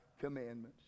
commandments